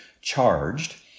charged